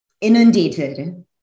inundated